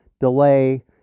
delay